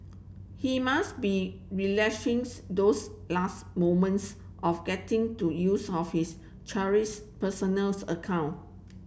he must be relishing those last moments of getting to use of his cherished personal account